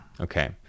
Okay